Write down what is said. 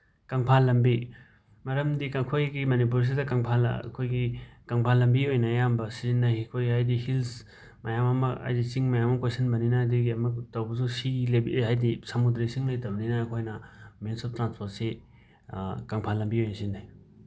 ꯀꯪꯐꯥꯟ ꯂꯝꯕꯤ ꯃꯔꯝꯗꯤ ꯑꯩꯈꯣꯏꯒꯤ ꯃꯅꯤꯄꯨꯔꯁꯤꯗ ꯀꯪꯐꯥꯟꯅ ꯑꯩꯈꯣꯏꯒꯤ ꯀꯪꯐꯥꯟ ꯂꯝꯕꯤ ꯑꯣꯏꯅ ꯑꯌꯥꯝꯕ ꯁꯤꯖꯤꯟꯅꯩ ꯑꯩꯈꯣꯏ ꯍꯥꯏꯗꯤ ꯍꯤꯜꯁ ꯃꯌꯥꯝ ꯑꯃ ꯍꯥꯏꯗꯤ ꯆꯤꯡ ꯃꯌꯥꯝ ꯑꯃ ꯀꯣꯏꯁꯤꯟꯕꯅꯤꯅ ꯑꯗꯨꯒꯤ ꯑꯃ ꯇꯧꯕꯁꯨ ꯍꯥꯏꯗꯤ ꯁꯃꯨꯗ꯭ꯔ ꯏꯁꯤꯡ ꯂꯩꯇꯕꯅꯤꯅ ꯑꯩꯈꯣꯏꯅ ꯃꯤꯟꯁ ꯑꯣꯐ ꯇ꯭ꯔꯥꯟꯁꯄꯣꯔꯠꯁꯤ ꯀꯪꯐꯥꯟ ꯂꯝꯕꯤ ꯑꯣꯏ ꯁꯤꯖꯤꯟꯅꯩ